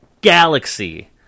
galaxy